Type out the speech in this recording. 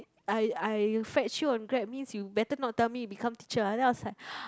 I I fetch you on Grab means you better not tell me become teacher ah then I was like